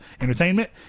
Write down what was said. Entertainment